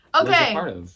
Okay